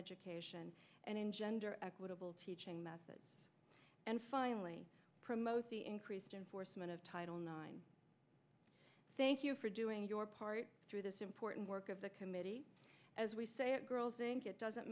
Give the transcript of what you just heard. education and engender equitable teaching methods and finally promote the increased enforcement of title nine thank you for doing your part through this important work of the committee as we say it girls think it doesn't